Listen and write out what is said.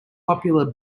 popular